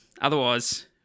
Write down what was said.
Otherwise